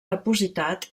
depositat